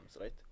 right